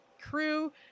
crew